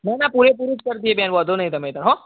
ના ના પૂરેપૂરું જ કરી દઈએ બેન વાંધો નહીં તમે તાર હોં